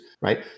right